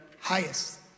highest